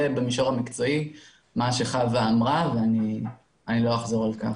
זה במישור המקצועי מה שחוה אמרה ואני לא אחזור עלל כך.